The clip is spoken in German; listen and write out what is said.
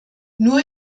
nur